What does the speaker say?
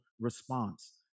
response